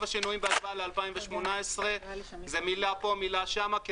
השינויים בהשוואה ל-2018 זה מילה פה ומילה שם.